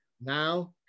now